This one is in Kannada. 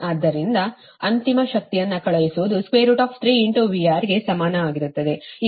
ಆದ್ದರಿಂದ ಅಂತಿಮ ಶಕ್ತಿಯನ್ನು ಕಳುಹಿಸುವುದು3 VR ಗೆ ಸಮನಾಗಿರುತ್ತದೆ ಈ ಕರೆಂಟ್ ಪ್ರಮಾಣಕ್ಕೆ 0